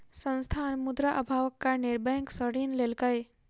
संस्थान, मुद्रा अभावक कारणेँ बैंक सॅ ऋण लेलकै